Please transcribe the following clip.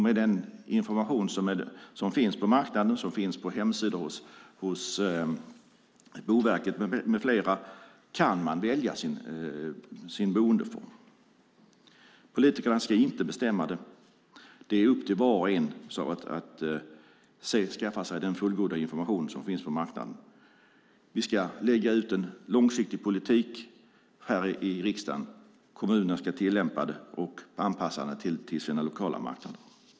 Med den information som finns på marknaden och som finns på hemsidor hos Boverket och andra kan man välja sin boendeform. Politikerna ska inte bestämma den. Det är upp till var och en att skaffa sig den fullgoda information som finns på marknaden. Vi ska här i riksdagen lägga ut en långsiktig politik. Kommunerna ska tillämpa den och anpassa den till sina lokala marknader.